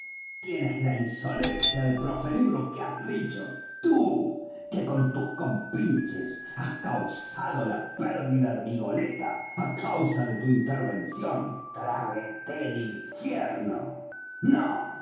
tienes la insolencia de proferir lo que has dicho tú que con tus compinches has causado la pérdida de mi goleta á causa de tu intervención tráguete el infierno no